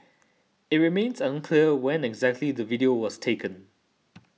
it remains unclear when exactly the video was taken